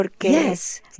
Yes